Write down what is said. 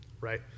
right